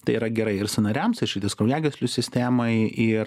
tai yra gerai ir sąnariams ir širdies kraujagyslių sistemai ir